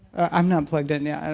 i'm not plugged in yet.